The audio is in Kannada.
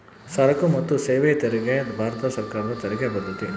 ಸರಕು ಮತ್ತು ಸೇವಾ ತೆರಿಗೆ ಭಾರತ ಸರ್ಕಾರದ ತೆರಿಗೆ ಪದ್ದತಿ